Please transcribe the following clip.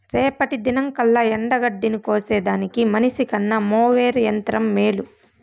రేపటి దినంకల్లా ఎండగడ్డిని కోసేదానికి మనిసికన్న మోవెర్ యంత్రం మేలు